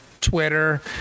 Twitter